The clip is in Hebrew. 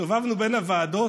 הסתובבנו בין הוועדות,